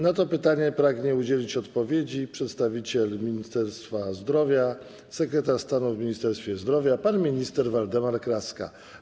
Na to pytanie pragnie udzielić odpowiedzi przedstawiciel Ministerstwa Zdrowia, sekretarz stanu w Ministerstwie Zdrowia pan minister Waldemar Kraska.